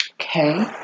Okay